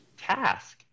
task